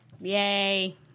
yay